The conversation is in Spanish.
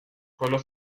pueblos